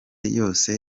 yose